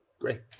Great